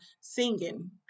singing